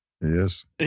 Yes